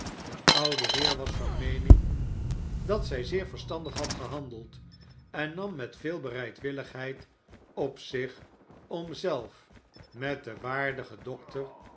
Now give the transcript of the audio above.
de oude heer was van meening dat zij zeer verstandig had gehandeld en nam met veel bereidwilligheid op zich om zelf met den waardigen dokter